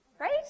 right